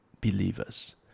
believers